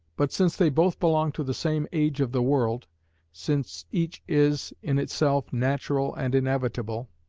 but since they both belong to the same age of the world since each is, in itself, natural and inevitable,